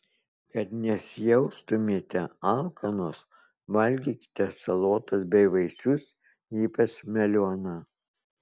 kad nesijaustumėte alkanos valgykite salotas bei vaisius ypač melioną